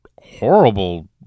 horrible